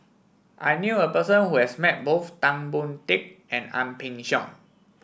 I knew a person who has met both Tan Boon Teik and Ang Peng Siong